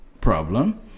problem